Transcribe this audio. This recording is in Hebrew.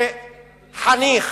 מדיניות נתניהו כחניך